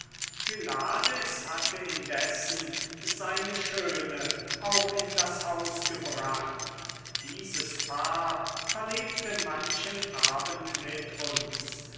pylades hatte indessen seine schöne auch in das haus gebracht und dieses paar verlebte manchen abend mit uns